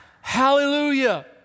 hallelujah